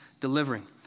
delivering